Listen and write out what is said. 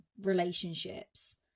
relationships